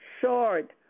short